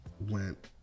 went